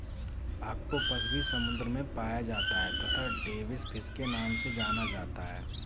octopus भी समुद्र में पाया जाता है तथा डेविस फिश के नाम से जाना जाता है